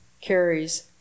carries